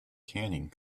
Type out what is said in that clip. canning